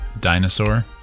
dinosaur